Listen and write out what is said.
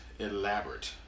Elaborate